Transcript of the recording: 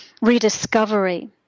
rediscovery